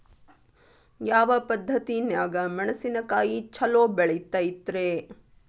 ಯಾವ ಪದ್ಧತಿನ್ಯಾಗ ಮೆಣಿಸಿನಕಾಯಿ ಛಲೋ ಬೆಳಿತೈತ್ರೇ?